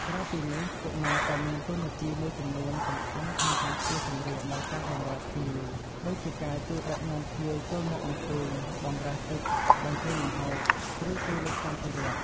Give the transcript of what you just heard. ក្រៅពីនេះ កុមារក៏មានតួនាទីមួយចំនួនសំខាន់ក្នុងការជួយសម្រួលដល់ការបម្រើភ្ញៀវ ដូចជាការជួយដឹកនាំភ្ញៀវចូលមកអង្គុយ បម្រើទឹក បញ្ជូនម្ហូប ឬជួយលើកសម្ភារៈ។